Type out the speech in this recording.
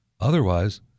Otherwise